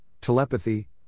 telepathy